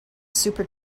super